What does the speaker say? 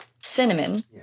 cinnamon